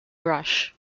rush